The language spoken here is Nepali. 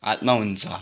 हातमा हुन्छ